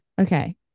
Okay